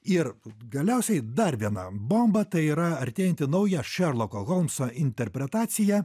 ir galiausiai dar viena bomba tai yra artėjanti nauja šerloko holmso interpretacija